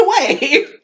away